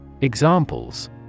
Examples